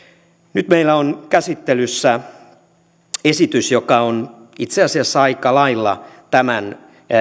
nyt meillä on käsittelyssä esitys joka on itse asiassa aika lailla tämän